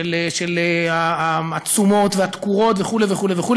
של התשומות והתקורות וכו' וכו' וכו',